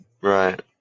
Right